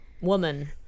Woman